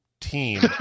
team